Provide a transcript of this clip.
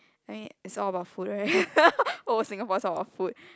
I mean it's all about food right old Singapore is all about food